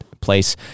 place